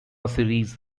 series